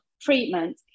treatment